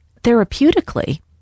Therapeutically